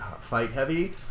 fight-heavy